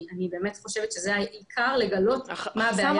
אני באמת חושבת שזה העיקר, לגלות מה הבעיה.